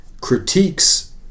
critiques